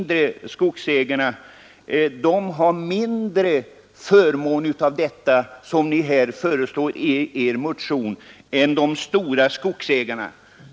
Det är faktiskt på det förmåner av det som ni föreslår i er motion än de stora skogsägarna.